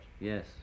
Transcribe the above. Yes